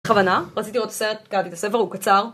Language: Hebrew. בכוונה, רציתי לראות ת'סרט, קראתי את הספר, הוא קצר